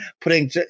putting